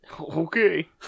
Okay